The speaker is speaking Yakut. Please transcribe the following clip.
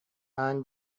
аан